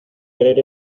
creer